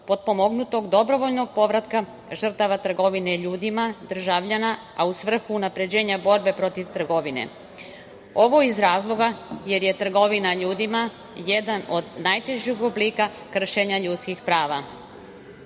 potpomognutog dobrovoljnog povratka žrtava trgovine ljudima, državljana, a u svrhu unapređenja borbe protiv trgovine. Ovo je iz razloga jer je trgovina ljudima jedan od najtežih oblika kršenja ljudskih